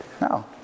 No